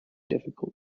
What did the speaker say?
difficult